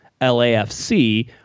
LAFC